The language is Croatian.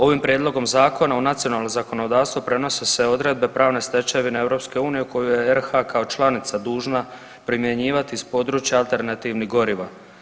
Ovim prijedlogom Zakona u nacionalno zakonodavstvo prenose se odredbe pravne stečevine EU koju je RH kao članica dužna primjenjivati s područja alternativnih goriva.